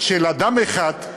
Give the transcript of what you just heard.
של אדם אחד,